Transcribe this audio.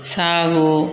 ಸಾಗು